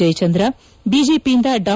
ಜಯಚಂದ್ರ ಬಿಜೆಪಿಯಿಂದ ಡಾ